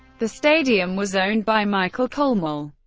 the stadium was owned by michael kolmel.